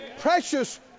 Precious